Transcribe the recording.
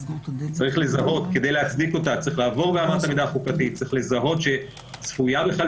צריך לזהות כדי להצדיק אותה צריך לזהות שצפויה בכלל